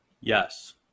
Yes